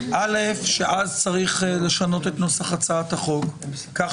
שאז צריך לשנות את נוסח הצעת החוק כך